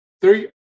Three